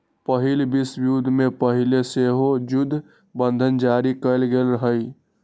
पहिल विश्वयुद्ध से पहिले सेहो जुद्ध बंधन जारी कयल गेल हइ